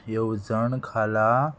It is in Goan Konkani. येवजण खाला